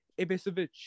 Ibisevic